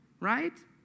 right